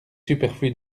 superflu